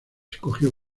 escogió